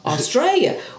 Australia